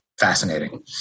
fascinating